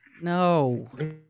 no